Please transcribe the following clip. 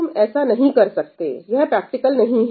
तुम ऐसा नहीं कर सकते यह प्रैक्टिकल नहीं है